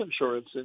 insurance